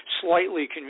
slightly